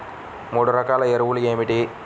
మూడు రకాల ఎరువులు ఏమిటి?